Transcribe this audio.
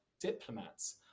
diplomats